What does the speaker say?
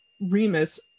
Remus